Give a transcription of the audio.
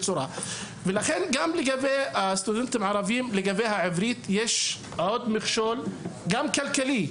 לגבי הסטודנטים הערבים יש עוד מכשול כלכלי,